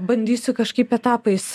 bandysiu kažkaip etapais